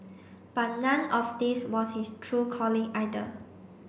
but none of this was his true calling either